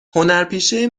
هنرپیشه